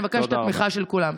אני מבקשת את התמיכה של כולם.